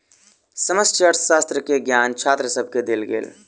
समष्टि अर्थशास्त्र के ज्ञान छात्र सभके देल गेल